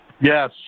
Yes